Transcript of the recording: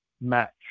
match